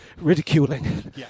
ridiculing